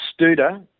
Studer